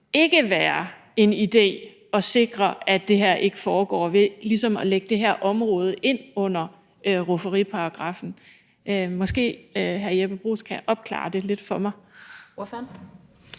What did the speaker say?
ikke være en idé at sikre, at det her ikke foregår, ved ligesom at lægge det her område ind under rufferiparagraffen? Måske kan hr. Jeppe Bruus opklare det lidt for mig.